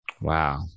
Wow